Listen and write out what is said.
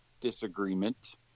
disagreement